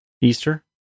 Easter